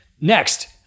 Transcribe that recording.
Next